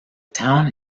town